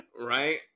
Right